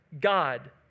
God